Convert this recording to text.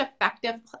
effective